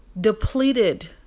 depleted